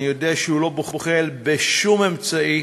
אני יודע שהוא לא בוחל בשום אמצעי,